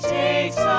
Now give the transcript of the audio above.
takes